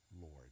Lord